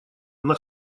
она